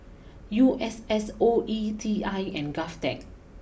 U S S O E T I and GovTech